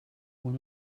one